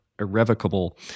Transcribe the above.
irrevocable